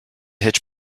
hitch